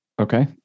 Okay